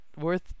worth